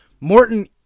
Morton